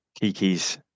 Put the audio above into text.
kiki's